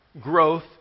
growth